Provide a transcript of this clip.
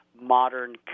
modern